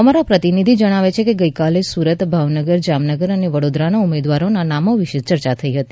અમારા પ્રતિનિધિ જણાવે છે કે ગઇકાલે સુરત ભાવનગર જામનગર અને વડોદરાના ઉમેદવારોના નામો વિશે ચર્યાઓ થઈ હતી